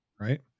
right